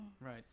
Right